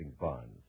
bonds